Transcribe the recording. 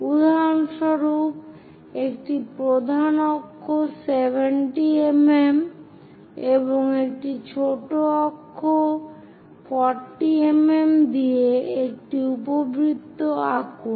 উদাহরণস্বরূপ একটি প্রধান অক্ষ 70 mm এবং একটি ছোট অক্ষ 40 mm দিয়ে একটি উপবৃত্ত আঁকুন